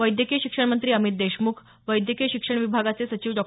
वैद्यकीय शिक्षण मंत्री अमित देशमुख वैद्यकीय शिक्षण विभागाचे सचिव डॉ